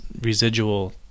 residual